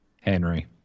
Henry